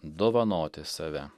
dovanoti save